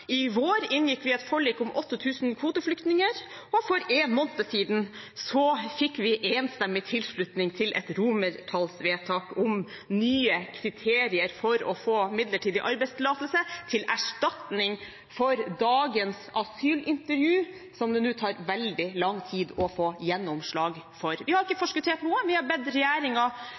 I vår inngikk vi et forlik om 8 000 kvoteflyktninger, og for en måned siden fikk vi enstemmig tilslutning til et romertallsvedtak om nye kriterier for å få midlertidig arbeidstillatelse til erstatning for dagens asylintervju, som det nå tar veldig lang tid å få gjennomslag for. Vi har ikke